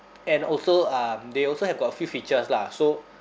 and also um they also have got a few features lah so